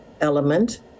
element